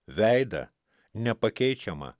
veidą nepakeičiamą